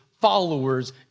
followers